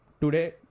today